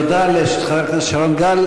תודה לחבר הכנסת שרון גל.